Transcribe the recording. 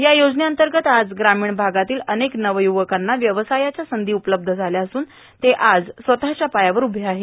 या योजनेअंतर्गत आज ग्रामीण भागातील अनेक नवय्रवकांना व्यवसायाच्या संधी उपलब्ध झाल्या असून ते आज स्वतःच्या पायावर उभे आहेत